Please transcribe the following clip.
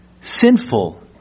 sinful